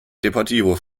deportivo